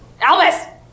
Albus